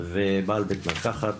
ובעל בית מרקחת,